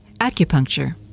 acupuncture